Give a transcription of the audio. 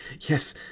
yes